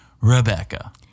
Rebecca